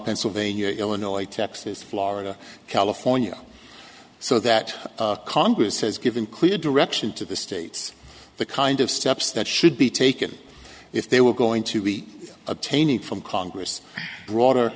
pennsylvania illinois texas florida california so that congress has given clear direction to the states the kind of steps that should be taken if they were going to be obtaining from congress broader